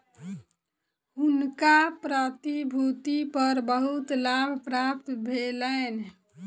हुनका प्रतिभूति पर बहुत लाभ प्राप्त भेलैन